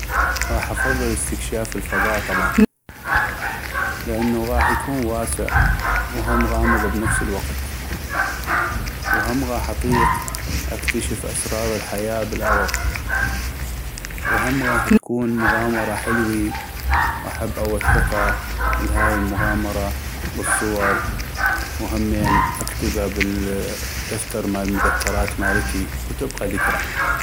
غاح أفضل استكشاف الفضاء طبعاً لأنو غاح يكون واسع وهم غامض بنفس الوقت وهم غاح اطيق اكتشف أسرار الحياة بالاغض ، وهم غاح تكون مغامرة حلوي واحب اوثقه لهاي المغامرة بالصور وهمين اكتبا بال اا دفتر مال مذكرات مالتي وتبقى ذكرى.